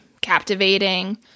captivating